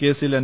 കേസിൽ എൻ